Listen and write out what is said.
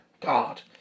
God